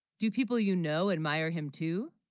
do people you know admire him too